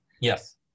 Yes